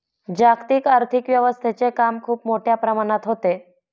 जागतिक आर्थिक व्यवस्थेचे काम खूप मोठ्या प्रमाणात होते